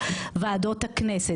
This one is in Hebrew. וטוב שהזכירו את אותה עתירה לבג"ץ,